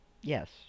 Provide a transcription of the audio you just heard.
Yes